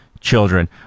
children